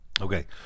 Okay